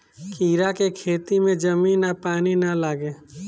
कीड़ा के खेती में जमीन आ पानी ना लागे